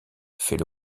feit